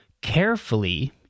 carefully